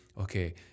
okay